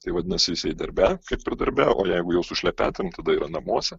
tai vadinasi jisai darbe kaip ir darbe o jeigu jau su šlepetėm tada yra namuose